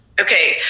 okay